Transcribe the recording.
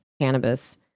cannabis